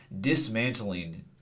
dismantling